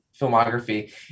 filmography